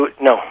No